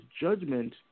judgment